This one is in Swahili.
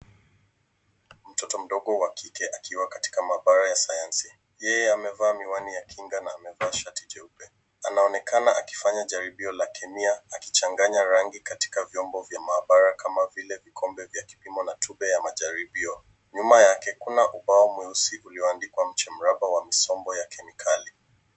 Mtoto mdogo wa kike akiwa katika mabara ya sayansi yeye amevaa miwani ya kinga na amevaa shati jeupe, anaonekana akifanya jaribio la kemia akichanganya rangi katika vyombo vya maabara kama vile vikombe vya kipimo na [tube] ya majaribio nyuma yake kuna ubao mweusi ulioandikwa mchimba mraba wa misombo ya kemikali.